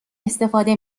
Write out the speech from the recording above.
استفاده